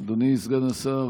אדוני סגן השר,